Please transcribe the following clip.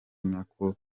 nako